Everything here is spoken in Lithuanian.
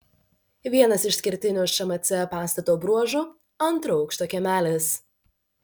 vienas išskirtinių šmc pastato bruožų antro aukšto kiemelis